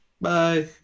Bye